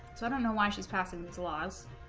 so i don't know why she's passing these laws